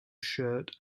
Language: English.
shirt